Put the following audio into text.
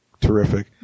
Terrific